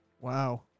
Wow